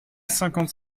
cinquante